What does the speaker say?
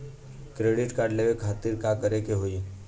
Credit card लेवे खातिर का करे के होई?